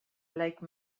lake